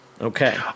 Okay